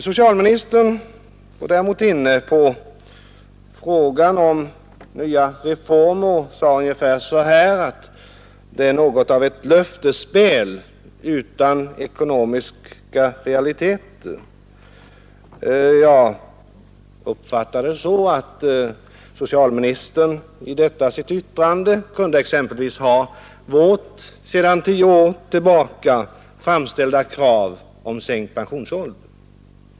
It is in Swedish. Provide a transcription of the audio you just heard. Socialministern var också inne på frågan om nya reformer och sade ungefär så, att det är något av ett löftesspel utan ekonomiska realiteter. Jag uppfattar saken så att socialministern vid detta sitt yttrande kunde ha exempelvis vårt sedan tio år tillbaka framställda krav om sänkt pensionsålder i tankarna.